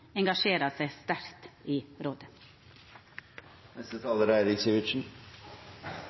engasjerer seg sterkt i